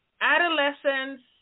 Adolescents